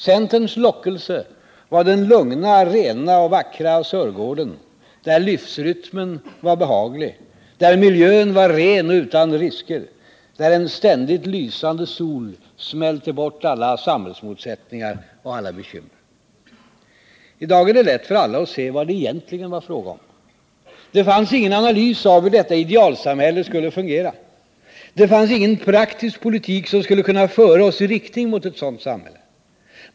Centerns lockelse var den lugna, rena och vackra Sörgården, där livsrytmen var behaglig, där miljön var ren och utan risker, där en ständigt lysande sol smälte bort alla samhällsmotsättningar och alla bekymmer. I dag är det lätt för alla att se vad det egentligen var fråga om. Det fanns ingen analys av hur detta idealsamhälle skulle kunna fungera. Det fanns ingen praktisk politik som skulle kunna föra oss i riktning mot ett sådant samhälle.